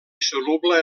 soluble